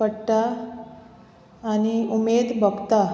पडटा आनी उमेद भोगता